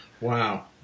Wow